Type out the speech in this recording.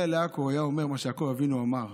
לעכו הוא היה אומר מה שיעקב אבינו אמר: